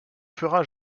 fera